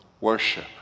worship